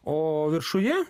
o viršuje